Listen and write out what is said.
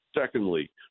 Secondly